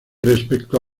respecto